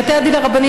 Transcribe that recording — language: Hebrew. כבוד היושב-ראש.